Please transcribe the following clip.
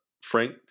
Frank